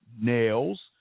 nails